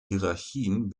hierarchien